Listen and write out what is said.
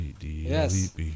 Yes